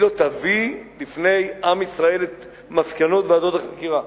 לו: תביא בפני עם ישראל את מסקנות ועדת החקירה.